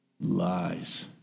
Lies